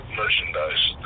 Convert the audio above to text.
merchandise